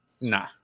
nah